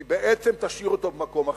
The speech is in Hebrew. היא בעצם תשאיר אותו במקום אחר.